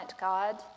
God